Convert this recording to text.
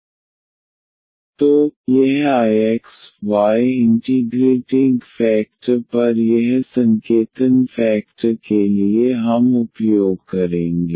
तो यह I x y integrating factor पर यह संकेतन फेकटर के लिए हम उपयोग करेंगे